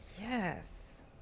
Yes